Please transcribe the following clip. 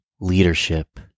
leadership